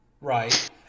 Right